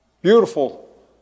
beautiful